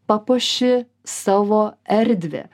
papuoši savo erdvę